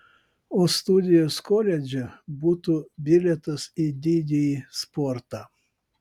o studijos koledže būtų bilietas į didįjį sportą